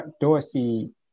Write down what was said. Dorsey